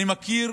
אני מכיר